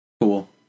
Cool